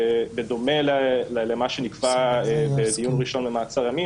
שבדומה למה שנקבע בדיון ראשון במעצר ימים,